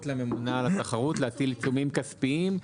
לממונה על התחרות להטיל עיצומים כספיים,